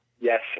yes